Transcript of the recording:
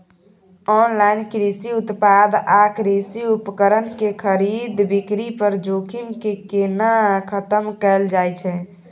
Online कृषि उत्पाद आ कृषि उपकरण के खरीद बिक्री पर जोखिम के केना खतम कैल जाए छै?